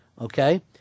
okay